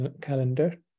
calendar